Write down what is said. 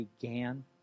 began